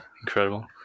Incredible